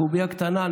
קובייה קטנה,